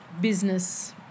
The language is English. business